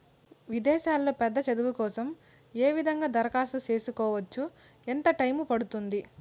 విదేశాల్లో పెద్ద చదువు కోసం ఏ విధంగా దరఖాస్తు సేసుకోవచ్చు? ఎంత టైము పడుతుంది?